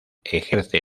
ejerce